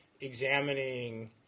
examining